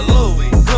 Louis